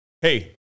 Hey